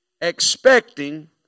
expecting